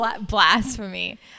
Blasphemy